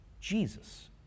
Jesus